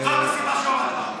לא היית מוריד אותי.